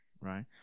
Right